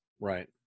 Right